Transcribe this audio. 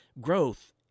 Growth